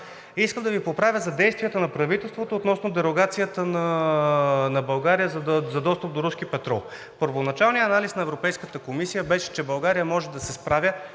Искам да Ви поправя за действията на правителството относно дерогацията на България за достъп до руски петрол. Първоначалният анализ на Европейската комисия беше, че България може да се справя